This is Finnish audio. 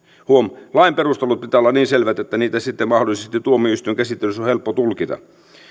huom lain perustelujen pitää olla niin selvät että niitä sitten mahdollisesti tuomioistuinkäsittelyssä on helppo tulkita